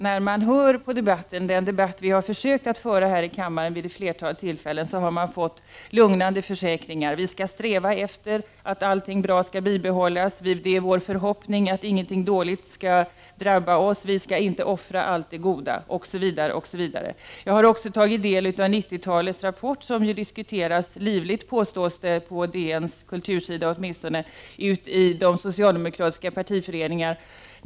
När man har lyssnat till debatten — den debatt vi har försökt föra här i kammaren vid ett flertal tillfällen — har man fått lugnande försäkringar om att vi skall sträva efter att allt bra skall bibehållas, det är vår förhoppning att inget dåligt skall drabba oss, vi skall inte offra allt det goda osv. Jag har också tagit del av 90-talsgruppens rapport. Det påstås — i alla fall på DN:s kultursida — att rapporten diskuteras livligt ute i de socialdemokratiska partiföreningarna.